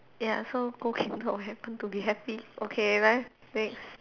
ya so go kingdom of heaven to be happy okay 来 next